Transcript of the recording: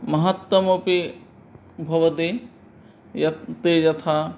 महत्त्वमपि भवति यत् ते यथा